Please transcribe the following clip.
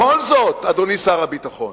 אבל בכל זאת, אדוני שר הביטחון.